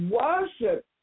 Worship